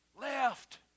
left